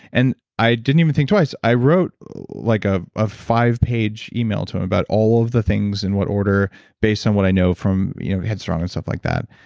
and i didn't even think twice. i wrote like ah a five page email to him about all of the things in what order based on what i know from you know head strong and stuff like that.